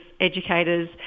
educators